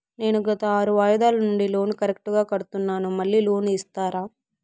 నేను గత ఆరు వాయిదాల నుండి లోను కరెక్టుగా కడ్తున్నాను, మళ్ళీ లోను ఇస్తారా?